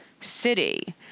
city